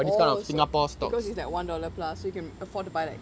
oh so cause it is like one dollar plus so you can afford to buy like